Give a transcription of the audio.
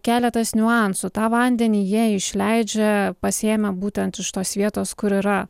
keletas niuansų tą vandenį jie išleidžia pasiėmę būtent iš tos vietos kur yra